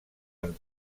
amb